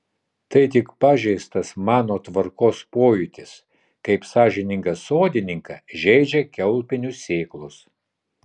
tai tik pažeistas mano tvarkos pojūtis kaip sąžiningą sodininką žeidžia kiaulpienių sėklos